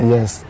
Yes